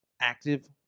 active